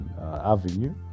avenue